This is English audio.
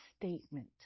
statement